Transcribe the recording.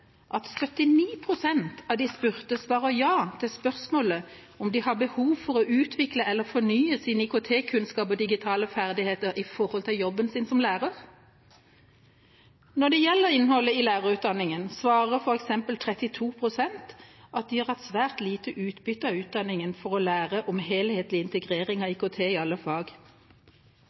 at 79 pst. av de spurte svarer ja på spørsmålet om de har behov for å utvikle eller fornye sine IKT-kunnskaper og digitale ferdigheter i forhold til jobben sin som lærer. Når det gjelder innholdet i lærerutdanningen, svarer f.eks. 32 pst. at de har hatt svært lite utbytte av utdanningen for å lære om helhetlig integrering av IKT i alle fag. Jeg er stolt av